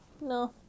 No